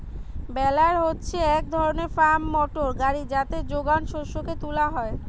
বেলার হচ্ছে এক ধরণের ফার্ম মোটর গাড়ি যাতে যোগান শস্যকে তুলা হয়